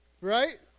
right